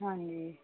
ਹਾਂਜੀ